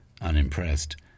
unimpressed